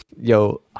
Yo